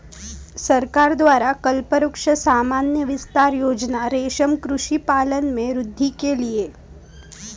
सरकार द्वारा कल्पवृक्ष सामान्य विस्तार योजना रेशम कृषि पालन में वृद्धि के लिए